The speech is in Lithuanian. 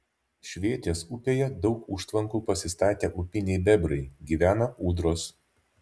švėtės upėje daug užtvankų pasistatę upiniai bebrai gyvena ūdros